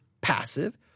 passive